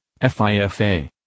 FIFA